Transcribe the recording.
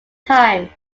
time